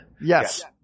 Yes